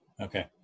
Okay